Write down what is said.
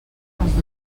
els